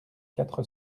quatre